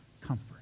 comfort